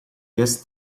guest